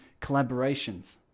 collaborations